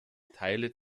teile